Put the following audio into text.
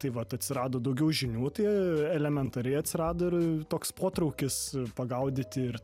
tai vat atsirado daugiau žinių tai elementariai atsirado ir toks potraukis pagaudyti ir